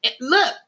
look